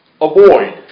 avoid